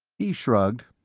he shrugged.